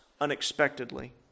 unexpectedly